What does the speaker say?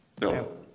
No